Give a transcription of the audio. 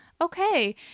Okay